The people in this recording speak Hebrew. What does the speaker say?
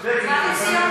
מה אתה חושב, שאני,